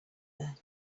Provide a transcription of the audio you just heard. there